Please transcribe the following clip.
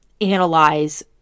analyze